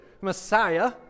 Messiah